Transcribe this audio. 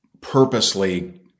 purposely